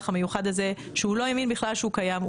המיוחד הזה שהוא לא האמין בכלל שהוא קיים.